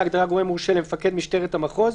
להגדרה "גורם מורשה" למפקד משטרת המחוז,